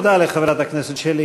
תודה לחברת הכנסת שלי